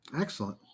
Excellent